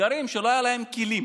שלא היו להם כלים